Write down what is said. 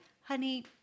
honey